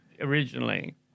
originally